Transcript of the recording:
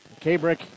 Kabrick